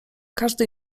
każdy